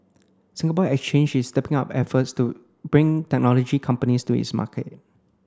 Singapore Exchange is stepping up efforts to bring technology companies to its market